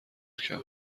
کرد